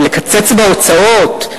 לקצץ בהוצאות,